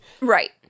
Right